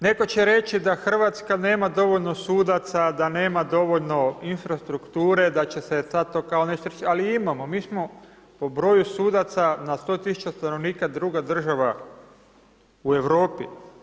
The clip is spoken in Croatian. Netko će reći da Hrvatska nema dovoljno sudaca, da nema dovoljno infrastrukture da će se sad to kao, ali imamo mi smo po broju sudaca na 100 tisuća stanovnika druga država u Europi.